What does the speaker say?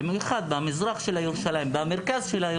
במיוחד במרכז,